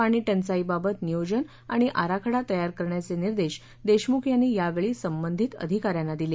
पाणी टंचाईबाबत नियोजन आणि आराखडा तयार करण्याचे निर्देश देशमुख यांनी यावेळी संबंधित अधिकाऱ्यांना दिले